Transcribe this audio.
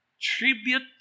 tribute